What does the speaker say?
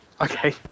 Okay